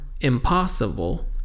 impossible